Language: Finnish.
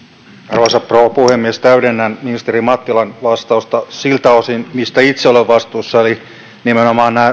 arvoisa rouva puhemies täydennän ministeri mattilan vastausta siltä osin mistä itse olen vastuussa eli nimenomaan